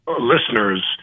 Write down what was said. listeners